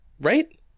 Right